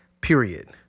period